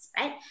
right